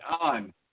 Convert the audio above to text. on